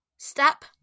Step